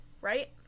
right